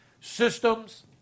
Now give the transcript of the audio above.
systems